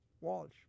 Walsh